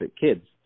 Kids